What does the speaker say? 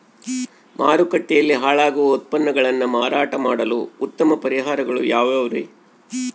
ಮಾರುಕಟ್ಟೆಯಲ್ಲಿ ಹಾಳಾಗುವ ಉತ್ಪನ್ನಗಳನ್ನ ಮಾರಾಟ ಮಾಡಲು ಉತ್ತಮ ಪರಿಹಾರಗಳು ಯಾವ್ಯಾವುರಿ?